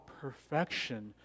perfection